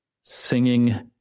singing